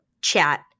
Chat